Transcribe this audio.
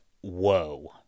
whoa